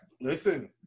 listen